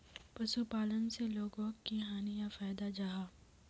पशुपालन से लोगोक की हानि या फायदा जाहा?